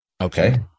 Okay